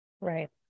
right